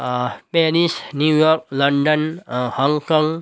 Paris New York London Hong Kong